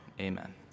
Amen